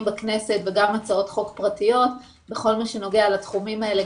בכנסת וגם הצעות חוק פרטיות בכל מה שנוגע לתחומים האלה,